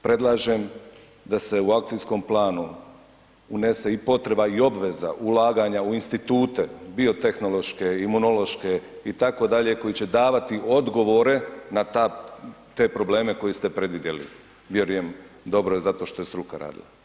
Predlažem da se u Akcijskom planu unese i potreba i obveza ulaganja u institute, bio tehnološke, imunološke i tako dalje, koji će davati odgovore na ta, te probleme koje ste predvidjeli, vjerujem dobro jer zato što je struka radila.